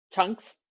chunks